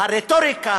הרטוריקה,